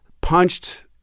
punched